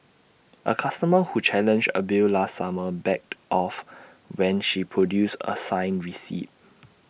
A customer who challenged A bill last summer backed off when she produced A signed receipt